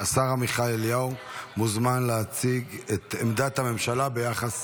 השר עמיחי אליהו מוזמן להציג את עמדת הממשלה ביחס